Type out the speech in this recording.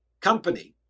company